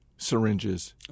Syringes